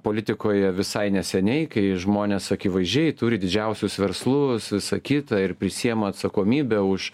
politikoje visai neseniai kai žmonės akivaizdžiai turi didžiausius verslus visa kita ir prisiima atsakomybę už